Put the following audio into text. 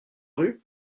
rue